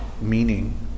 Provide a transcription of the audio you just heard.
meaning